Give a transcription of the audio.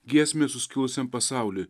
giesmę suskilusiam pasauliui